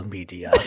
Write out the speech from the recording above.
Media